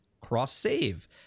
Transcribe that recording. cross-save